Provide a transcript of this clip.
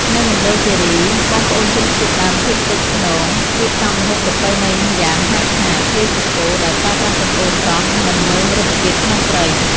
នៅមណ្ឌលគិរី បងប្អូនជនជាតិដើមភាគតិចព្នង រៀបចំម្ហូបប្រពៃណីម្យ៉ាងហៅថា 'ភ្លាសាច់គោ' ដែលប្រើប្រាស់សាច់គោស្រស់ និងមើមរុក្ខជាតិក្នុងព្រៃ។